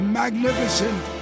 magnificent